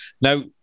Now